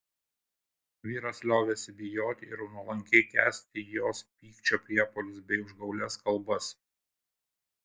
vyras liovėsi bijoti ir nuolankiai kęsti jos pykčio priepuolius bei užgaulias kalbas